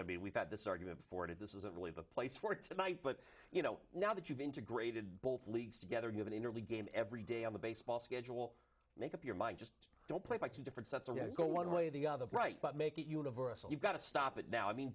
i mean we've had this argument for it this isn't really the place for tonight but you know now that you've integrated both leagues together given an early game every day on the baseball schedule make up your mind just don't play like two different sets of go one way or the other right but make it universal you've got to stop it now i mean